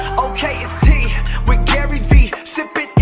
okay it's tea with gary vee sippin'